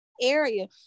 area